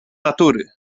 natury